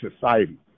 society